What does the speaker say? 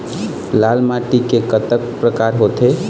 लाल माटी के कतक परकार होथे?